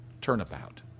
turnabout